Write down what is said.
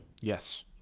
Yes